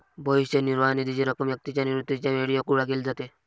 भविष्य निर्वाह निधीची रक्कम व्यक्तीच्या निवृत्तीच्या वेळी गोळा केली जाते